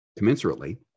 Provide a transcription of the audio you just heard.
commensurately